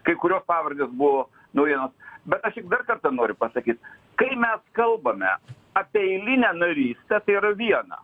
kai kurios pavardės buvo naujiena bet aš tik dar kartą noriu pasakyt kai mes kalbame apie eilinę narystę tai yra viena